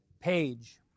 Page